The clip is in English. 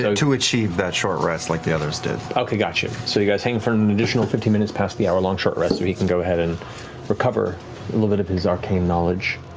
so to achieve that short rest like the others did. matt okay, got you. so you guys hang for an additional fifteen minutes past the hour-long short rest. so he can go ahead and recover a little bit of his arcane knowledge.